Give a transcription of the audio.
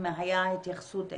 הייתה התייחסות אליה,